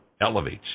elevates